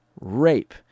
rape